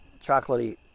chocolatey